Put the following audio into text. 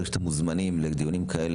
ברגע שאתם מוזמנים לדיונים כאלה,